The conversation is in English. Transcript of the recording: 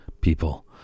people